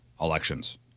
elections